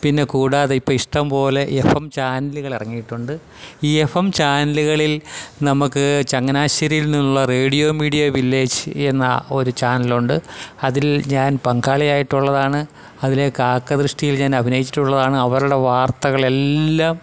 പിന്നെ കൂടാതെ ഇപ്പം ഇഷ്ടംപോലെ എഫ് എം ചാനലുകളിറങ്ങിയിട്ടുണ്ട് ഈ എഫ് എം ചാനലുകളിൽ നമുക്ക് ചങ്ങനാശ്ശേരിയിൽ നിന്നുള്ള റേഡിയോ മീഡിയ വില്ലേജ് എന്ന ഒരു ചാനലുണ്ട് അതിൽ ഞാൻ പങ്കാളിയായിട്ടുള്ളതാണ് അതിലെ കാക്കദൃഷ്ടിയിൽ ഞാൻ അഭിനയിച്ചിട്ടുള്ളതാണ് അവരുടെ വാർത്തകളെല്ലാം